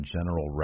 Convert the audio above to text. General